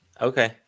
Okay